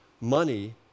money